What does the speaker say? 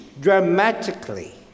dramatically